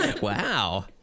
Wow